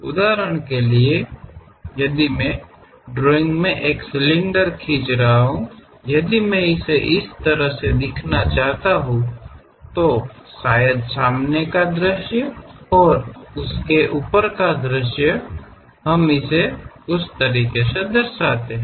उदाहरण के लिए यदि मैं ड्राइंग में एक सिलेंडर खींच रहा हूं यदि मैं इसे इस तरह दिखाना चाहता हूं तो शायद सामने का दृश्य और उस के ऊपर का दृश्य हम इसे उस तरीके से दर्शाते हैं